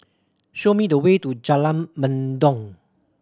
show me the way to Jalan Mendong